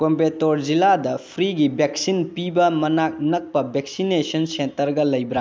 ꯀꯣꯝꯕꯦꯇꯣꯔ ꯖꯤꯜꯂꯥꯗ ꯐ꯭ꯔꯤꯒꯤ ꯕꯦꯛꯁꯤꯟ ꯄꯤꯕ ꯃꯅꯥꯛ ꯅꯛꯄ ꯕꯦꯛꯁꯤꯅꯦꯁꯟ ꯁꯦꯟꯇꯔꯒ ꯂꯩꯕ꯭ꯔꯥ